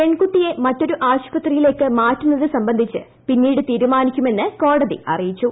പെൺകുട്ടിയെമറ്റൊരുആശുപത്രിയിലേക്ക്മാ റ്റുന്നത്സംബന്ധിച്ച് പിന്നീട്തീരുമാനിക്കുമെന്റ്റ്കോടതിഅറിയിച്ചു